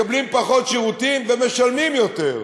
מקבלים פחות שירותים ומשלמים יותר.